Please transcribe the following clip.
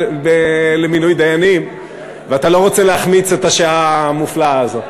למינוי דיינים ואתה לא רוצה להחמיץ את השעה המופלאה הזאת.